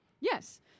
Yes